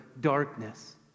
darkness